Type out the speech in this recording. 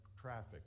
traffic